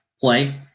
play